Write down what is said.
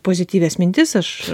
pozityvias mintis aš